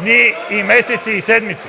дни, седмици и месеци!